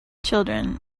children